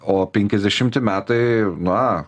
o penkiasdešimti metai na